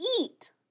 eat